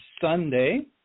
Sunday